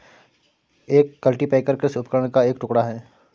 एक कल्टीपैकर कृषि उपकरण का एक टुकड़ा है